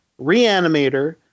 reanimator